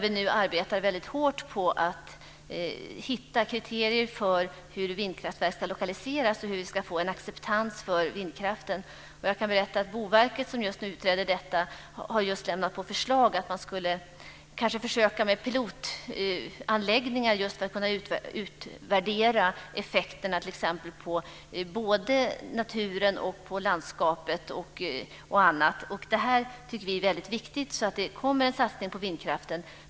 Vi arbetar nu väldigt hårt med att ange kriterier för hur vindkraftverk ska lokaliseras och hur man ska få en acceptans för vindkraften. Boverket som just har utrett detta har lämnat ett förslag om att man kanske skulle försöka med pilotanläggningar för att kunna utvärdera effekterna på naturen, landskapet och annat. Vi tycker att det här är väldigt viktigt, så det kommer att ske en satsning på vindkraften.